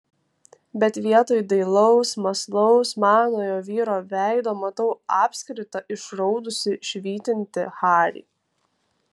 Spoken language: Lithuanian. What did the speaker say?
bet vietoj dailaus mąslaus manojo vyro veido matau apskritą išraudusį švytintį harį